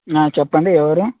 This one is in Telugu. చెప్పండి ఎవరు